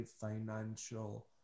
financial